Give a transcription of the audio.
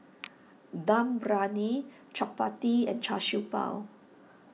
Dum Briyani Chappati and Char Siew Bao